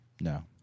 No